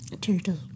turtle